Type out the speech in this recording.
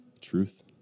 Truth